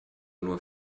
nur